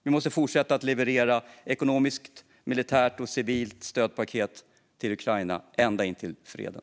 Vi måste fortsätta att leverera ekonomiska, militära och civila stödpaket till Ukraina ända till freden.